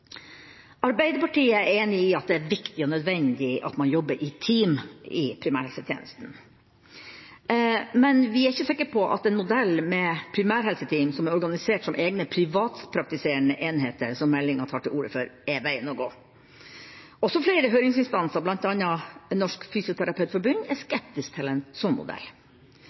Arbeiderpartiet er enig i at det er viktig og nødvendig at man jobber i team i primærhelsetjenesten. Men vi er ikke sikre på at en modell med primærhelseteam som er organisert som egne privatpraktiserende enheter, som meldinga tar til orde for, er veien å gå. Også flere høringsinstanser, bl.a. Norsk Fysioterapeutforbund, er skeptisk til en sånn modell.